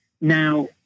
Now